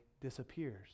disappears